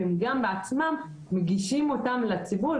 והם גם בעצמם מנגישים אותם לציבור.